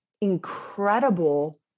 incredible